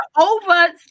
over